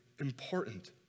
important